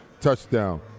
touchdown